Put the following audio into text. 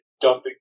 dumping